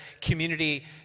community